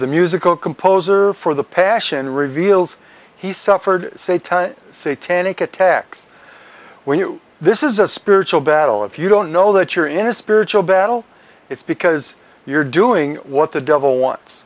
the musical composer for the passion reveals he suffered say to say tannic attacks when you this is a spiritual battle if you don't know that you're in a spiritual battle it's because you're doing what the devil